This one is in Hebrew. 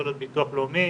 יכול להיות ביטוח לאומי,